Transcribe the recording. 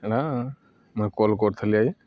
ହେଲା ମୁଁ କଲ୍ କରିଥିଲି ଆଇ